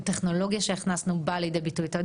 שנינו יושבים כאן ביחד ואתה אומר לי: